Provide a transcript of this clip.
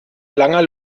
langer